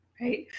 right